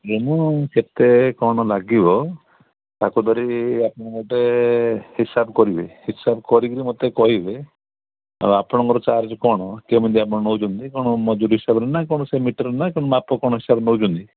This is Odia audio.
ମୁଁ କେତେ କ'ଣ ଲାଗିବ ତାକୁ ଧରି ଆପଣ ଗୋଟେ ହିସାବ କରିବେ ହିସାବ କରିକିରି ମୋତେ କହିବେ ଆଉ ଆପଣଙ୍କର ଚାର୍ଜ କ'ଣ କେମିତି ଆପଣ ନଉଛନ୍ତି କ'ଣ ମଜୁରୀ ହିସାବରେ ନା କ'ଣ ସେ ମିଟର ନା କ'ଣ ମାପ କ'ଣ ହିସାବରେ ନଉଛନ୍ତି